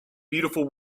beautiful